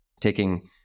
taking